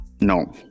No